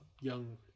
young